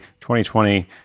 2020